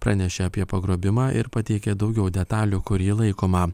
pranešė apie pagrobimą ir pateikė daugiau detalių kur ji laikoma